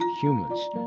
humans